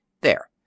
There